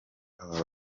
aba